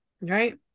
right